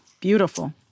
Beautiful